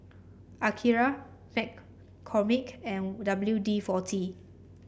Akira McCormick and W D forty